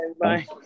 Bye